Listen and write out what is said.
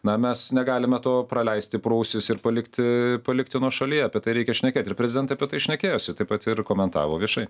na mes negalime to praleisti pro ausis ir palikti palikti nuošalyje apie tai reikia šnekėti ir prezidentai apie tai šnekėjosi taip pat ir komentavo viešai